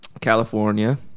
California